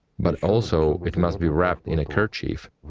but also it must be wrapped in a kerchief.